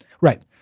Right